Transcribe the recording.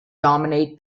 dominate